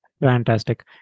Fantastic